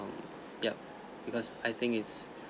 yup because I think it's